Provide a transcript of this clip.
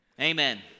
Amen